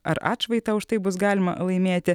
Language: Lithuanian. ar atšvaitą už tai bus galima laimėti